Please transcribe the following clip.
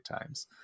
times